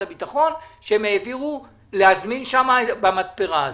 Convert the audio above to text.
הביטחון שהם העבירו להזמין במתפרה הזאת.